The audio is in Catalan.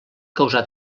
causar